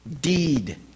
deed